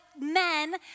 men